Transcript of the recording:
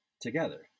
together